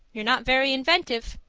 you're not very inventive.